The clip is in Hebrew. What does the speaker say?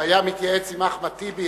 אם היה מתייעץ עם אחמד טיבי,